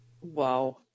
Wow